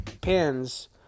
pins